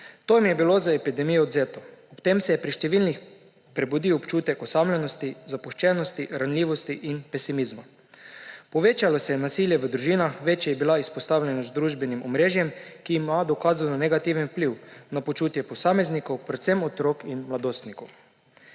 To jim je bilo z epidemijo odvzeto. Ob tem se je pri številnih prebudil občutek osamljenosti, zapuščenosti, ranljivosti in pesimizma. Povečalo se je nasilje v družinah, večja je bila izpostavljenost družbenim omrežjem, ki ima dokazano negativen vpliv na počutje posameznikov, predvsem otrok in mladostnikov.